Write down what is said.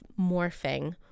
morphing